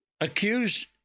accused